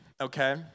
okay